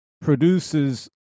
produces